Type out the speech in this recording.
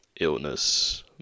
illness